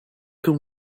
can